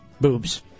boobs